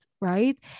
right